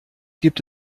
gibt